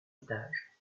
étages